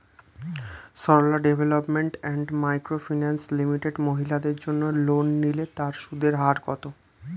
Sarala development and micro finance limited মহিলাদের জন্য loan নিলে তার সুদের হার কত?